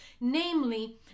namely